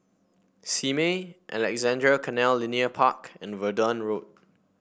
Simei Alexandra Canal Linear Park and Verdun Road